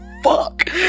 fuck